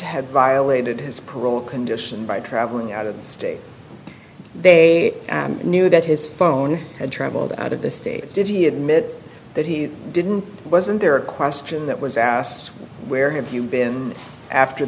had violated his parole condition by traveling out of state they knew that his phone had traveled out of the states did he admit that he didn't wasn't there a question that was asked where have you been after